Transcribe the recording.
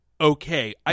Okay